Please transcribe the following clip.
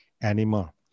animal